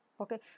okay